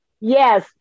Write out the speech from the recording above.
Yes